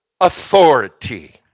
authority